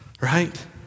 Right